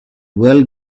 well